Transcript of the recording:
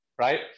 right